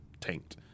tanked